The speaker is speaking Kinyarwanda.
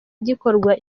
gikorwa